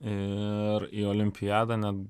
ir į olimpiadą neb